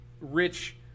rich